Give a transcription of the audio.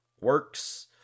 works